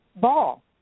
ball